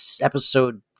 episode